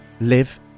live